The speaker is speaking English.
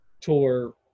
Tour